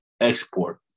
export